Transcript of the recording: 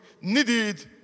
needed